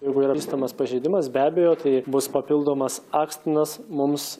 jeigu yra vystomas pažeidimas be abejo tai bus papildomas akstinas mums